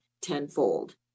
tenfold